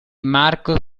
marco